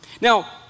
Now